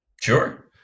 sure